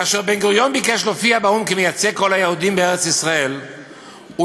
כאשר בן-גוריון ביקש להופיע באו"ם כמייצג כל היהודים בארץ-ישראל הוא